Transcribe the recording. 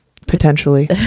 Potentially